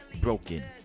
broken